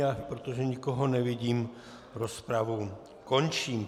A protože nikoho nevidím, rozpravu končím.